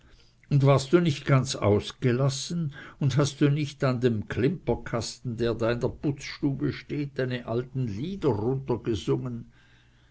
und warst du nicht ganz ausgelassen und hast du nicht an dem klimperkasten der da in der putzstube steht deine alten lieder